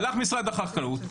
הלך משרד החקלאות,